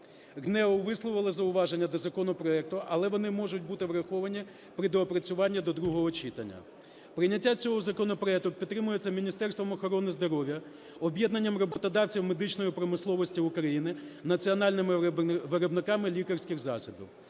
ГНЕУ висловило зауваження до законопроекту, але вони можуть бути враховані при доопрацюванні до другого читання. Прийняття цього законопроекту підтримується Міністерством охорони здоров'я, Об'єднанням роботодавців медичної промисловості України, національними виробниками лікарських засобів.